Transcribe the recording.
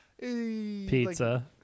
Pizza